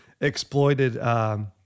exploited